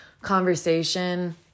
conversation